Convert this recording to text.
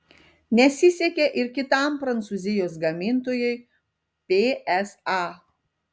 nesisekė ir kitam prancūzijos gamintojui psa